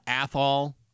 Athol